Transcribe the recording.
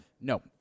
No